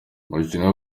ubushinwa